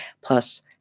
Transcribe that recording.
plus